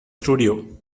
studio